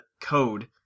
code